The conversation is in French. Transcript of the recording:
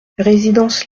résidence